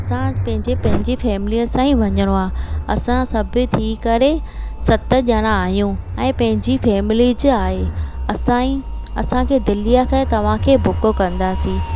असां पंहिंजे पंहिंजे फैमिलीअ सां ई वञिणो आहे असां सभु थी करे सत ॼणा आहियूं ऐं पंहिंजी फैमिली जे आहे असां ई असांखे दिल्लीअ खे तव्हांखे बुक कंदासीं